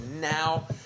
now